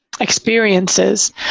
experiences